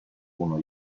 uno